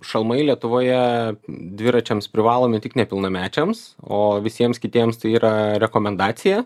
šalmai lietuvoje dviračiams privalomi tik nepilnamečiams o visiems kitiems tai yra rekomendacija